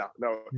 No